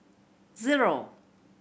zero